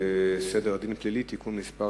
סדר הדין הפלילי (תיקון מס'